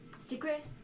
Secret